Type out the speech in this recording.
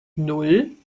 nan